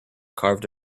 carved